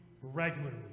regularly